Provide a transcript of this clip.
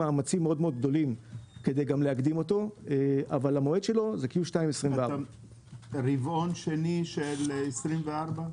2024. ברבעון השני של 2024?